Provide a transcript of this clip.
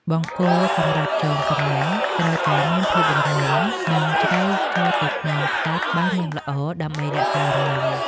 បង្គោលសម្រាប់ចងសំណាញ់ត្រូវតែមានភាពរឹងមាំ និងជ្រៅចូលទៅក្នុងខ្សាច់បានយ៉ាងល្អ ដើម្បីរក្សាលំនឹង។